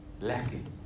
lacking